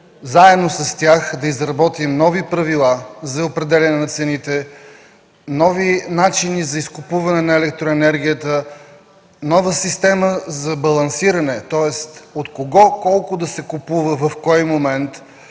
заедно да изработим нови правила за определяне на цените, нови начини за изкупуване на електроенергията, нова система за балансиране, тоест от кого, колко и в кой момент